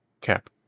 Cap